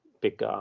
big